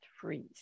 freeze